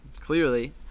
clearly